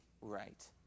right